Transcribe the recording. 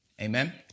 Amen